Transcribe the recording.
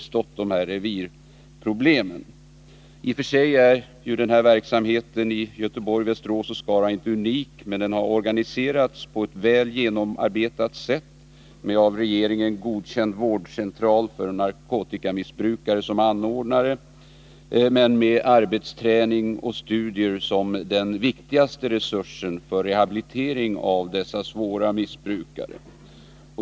Därför har de här revirproblemen uppstått. Verksamheten i Göteborg, Västerås och Skara är i och för sig inte unik, men den har organiserats på ett väl genomarbetat sätt, med av regeringen godkänd vårdcentral för narkotikamissbrukare som anordnare men med arbetsträning och studier som den viktigaste resursen för rehabilitering av dessa svåra missbrukare.